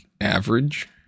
average